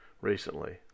recently